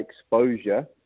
exposure